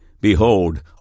Behold